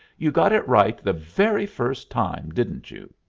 you got it right the very first time, didn't you?